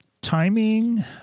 Timing